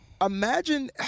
imagine